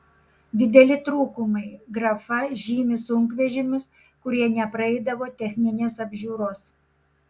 dideli trūkumai grafa žymi sunkvežimius kurie nepraeidavo techninės apžiūros